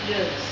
Yes